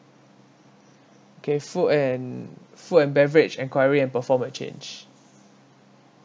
okay food and food and beverage enquiry and perform a change